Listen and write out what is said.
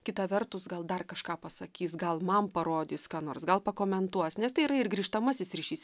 kita vertus gal dar kažką pasakys gal man parodys ką nors gal pakomentuos nes tai yra ir grįžtamasis ryšys